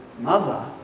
mother